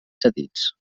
cedits